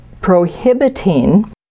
prohibiting